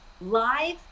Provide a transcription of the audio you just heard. live